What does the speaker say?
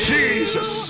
Jesus